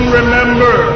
remember